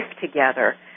together